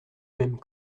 même